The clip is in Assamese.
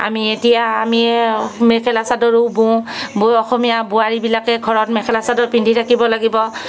আমি এতিয়া আমি খেলা চাদৰো বওঁ বৈ অসমীয়া বোৱাৰী বিলাকে ঘৰত মেখেলা চাদৰ পিন্ধি থাকিব লাগিব